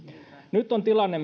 nyt on tilanne